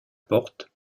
porte